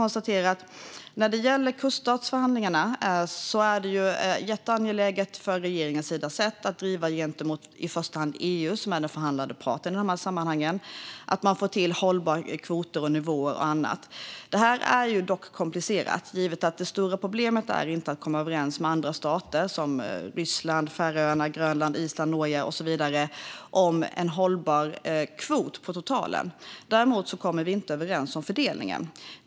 När det gäller kuststatsförhandlingarna är det jätteangeläget från regeringens sida att driva gentemot i första hand EU, som är den förhandlande parten i de här sammanhangen, för att få till hållbara kvoter och nivåer. Detta är dock komplicerat. Det stora problemet är inte att komma överens med andra stater - Ryssland, Färöarna, Grönland, Island, Norge och så vidare - om en hållbar kvot totalt, utan det är att vi inte kommer överens om fördelningen.